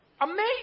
amazing